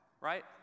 right